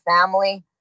family